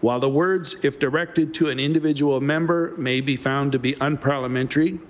while the words if directed to an individual member may be found to be unparliamentary,